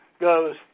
goes